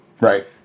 Right